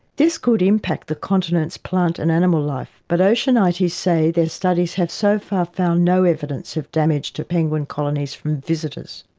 this could impact the continent's plant and animal life, but oceanites say their studies have so far found no evidence of damage to penguin colonies from visitors.